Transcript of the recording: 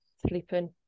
sleeping